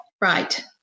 Right